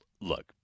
look